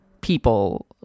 people